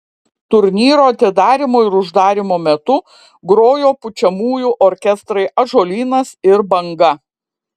turnyro atidarymo ir uždarymo metu grojo pučiamųjų orkestrai ąžuolynas ir banga